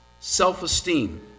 self-esteem